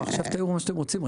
עכשיו תעירו מה שאתם רוצים,